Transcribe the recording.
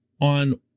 on